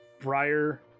Briar